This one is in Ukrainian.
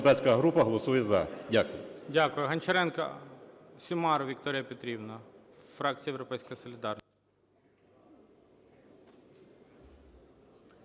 Дякую.